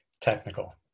technical